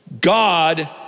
God